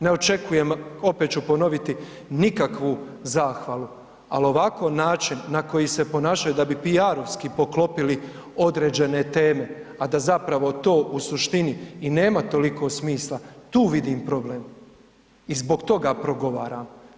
Ne očekujem, opet ću ponoviti, nikakvu zahvalu, ali ovako način na koji se ponašaju da bi PR-ovsi poklopili određene teme, a da zapravo to u suštini i nema toliko smisla, tu vidim problem i zbog toga progovaram.